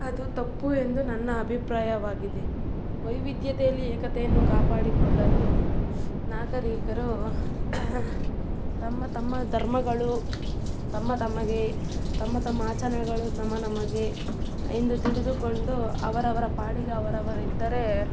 ಅದು ತಪ್ಪು ಎಂದು ನನ್ನ ಅಭಿಪ್ರಾಯವಾಗಿದೆ ವೈವಿಧ್ಯತೆಯಲ್ಲಿ ಏಕತೆಯನ್ನು ಕಾಪಾಡಿಕೊಳ್ಳಲು ನಾಗರಿಕರು ತಮ್ಮ ತಮ್ಮ ಧರ್ಮಗಳು ತಮ್ಮ ತಮಗೆ ತಮ್ಮ ತಮ್ಮ ಆಚರಣೆಗಳು ನಮ್ಮ ನಮಗೆ ಎಂದು ತಿಳಿದುಕೊಂಡು ಅವರವರ ಪಾಡಿಗೆ ಅವರವರಿದ್ದರೆ